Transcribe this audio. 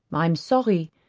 i'm sorry,